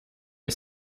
est